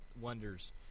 wonders